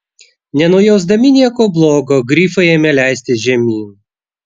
nenujausdami nieko blogo grifai ėmė leistis žemyn